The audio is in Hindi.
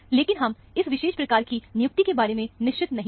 लेकिन हम इस विशेष प्रकार की नियुक्ति के बारे में निश्चित नहीं है